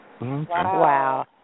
Wow